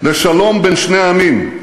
לשלום בין שני עמים: